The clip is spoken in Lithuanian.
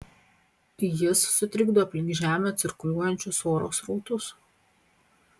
jis sutrikdo aplink žemę cirkuliuojančius oro srautus